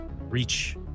reach